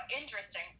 interesting